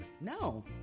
No